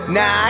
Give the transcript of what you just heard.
Now